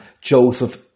Joseph